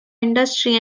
industry